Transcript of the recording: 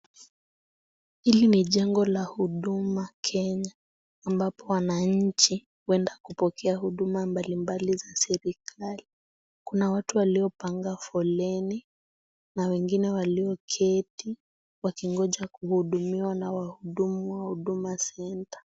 Hili ni jengo la huduma Kenya ambapo watu hupata huduma mbalimbali za serikali kuna watu waliopanga foleni na wengine walioketi wakingoja kuhudumiwa na wahudumu wa huduma Centre.